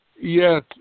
yes